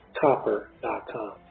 copper.com